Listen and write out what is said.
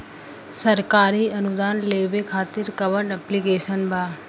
सरकारी अनुदान लेबे खातिर कवन ऐप्लिकेशन बा?